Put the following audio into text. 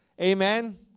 Amen